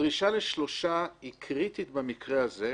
הדרישה לשלושה היא קריטית במקרה הזה,